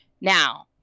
Now